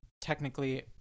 technically